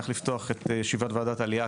אני שמח לפתוח את ישיבת ועדת העלייה,